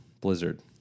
Blizzard